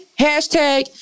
Hashtag